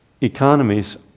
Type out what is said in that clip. Economies